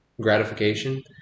gratification